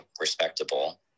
respectable